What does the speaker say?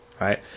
right